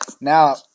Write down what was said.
now